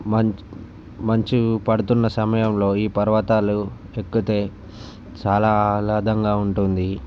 మంచ్ మంచు పడుతున్న సమయంలో ఈ పర్వతాలు ఎక్కితే చాలా ఆహ్లాదంగా ఉంటుంది